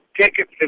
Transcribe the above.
tickets